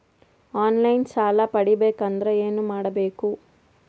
On line ಸಾಲ ಪಡಿಬೇಕಂದರ ಏನಮಾಡಬೇಕು?